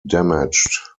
damaged